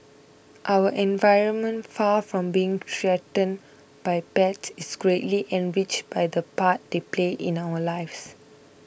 our environment far from being threatened by pets is greatly enriched by the part they play in our lives